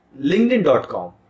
linkedin.com